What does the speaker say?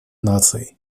наций